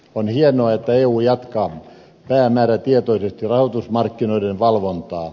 on hienoa että eu jatkaa päämäärätietoisesti rahoitusmarkkinoiden valvontaa